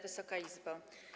Wysoka Izbo!